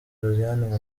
josiane